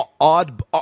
odd